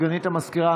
סגנית המזכירה,